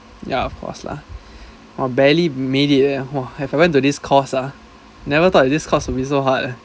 ya of course lah !wah! barely made it leh !wah! have I went to this course ah never thought this course would be so hard leh